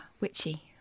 witchy